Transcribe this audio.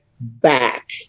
back